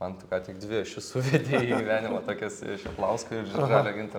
man tu ką tik dvi ašis suvedei į gyvenimo tokias šidlausko ir žalio gintaro